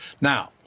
Now